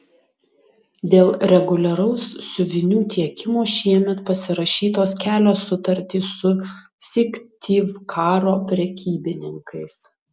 dėl reguliaraus siuvinių tiekimo šiemet pasirašytos kelios sutartys su syktyvkaro prekybininkais